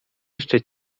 jeszcze